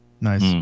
Nice